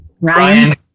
Ryan